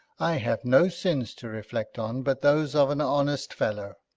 i have no sins to reflect on but those of an honest fellow.